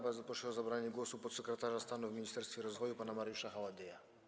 Bardzo proszę o zabranie głosu podsekretarza stanu w Ministerstwie Rozwoju pana Mariusza Haładyja.